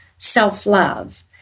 Self-love